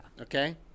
Okay